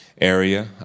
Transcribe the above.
area